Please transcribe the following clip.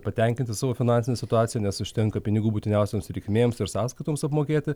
patenkinti savo finansine situacija nes užtenka pinigų būtiniausioms reikmėms ir sąskaitoms apmokėti